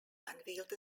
unveiled